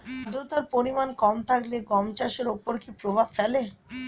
আদ্রতার পরিমাণ কম থাকলে গম চাষের ওপর কী প্রভাব ফেলে?